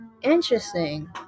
Interesting